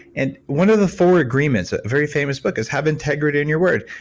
and one of the four agreements, a very famous book is have integrity in your word.